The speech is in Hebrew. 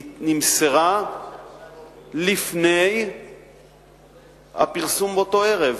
נמסרה לפני הפרסום באותו ערב.